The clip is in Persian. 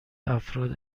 افراد